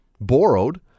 borrowed